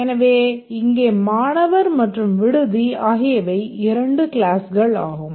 எனவே இங்கே மாணவர் மற்றும் விடுதி ஆகியவை 2 கிளாஸ்கள் ஆகும்